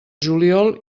juliol